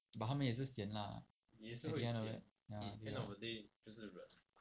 but 他们也是 sian lah at the end of that ya